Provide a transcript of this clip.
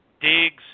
digs